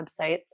websites